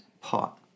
pot